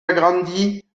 agrandie